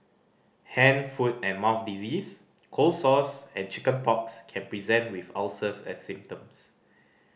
hand foot and mouth disease cold sores and chicken pox can present with ulcers as symptoms